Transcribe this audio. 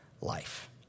life